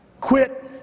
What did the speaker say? Quit